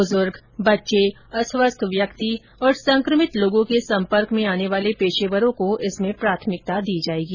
बुजुर्ग बच्चे अस्वस्थ व्यक्ति और संक्रमित व्यक्तियों के संपर्क में आने वाले पेशेवरों को इसमें प्राथमिकता दी जाएगी